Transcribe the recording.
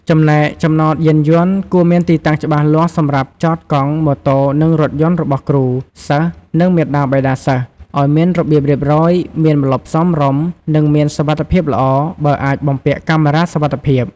ចំណែក ចំណតយានយន្ត គួរមានទីតាំងច្បាស់លាស់សម្រាប់ចតកង់ ម៉ូតូ និងរថយន្តរបស់គ្រូ សិស្ស និងមាតាបិតាសិស្ស ឲ្យមានរបៀបរៀបរយ មានម្លប់សមរម្យ និងមានសុវត្ថិភាពល្អ បើអាចបំពាក់កាមេរ៉ាសុវត្ថិភាព។